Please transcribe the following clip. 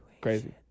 crazy